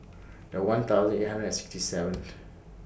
The one thousand eight hundred and sixty seventh